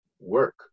work